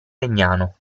legnano